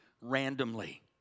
randomly